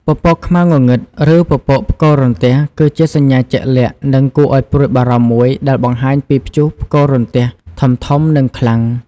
ពពកខ្មៅងងឹត ឬពពកផ្គររន្ទះ គឺជាសញ្ញាជាក់លាក់ និងគួរឱ្យព្រួយបារម្ភមួយដែលបង្ហាញពីព្យុះផ្គររន្ទះធំៗ និងខ្លាំង។